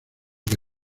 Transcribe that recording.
que